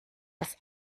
das